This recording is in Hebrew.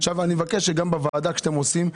אני מבקש שגם בוועדה כשאתם עושים,